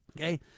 Okay